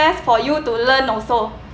for you to learn also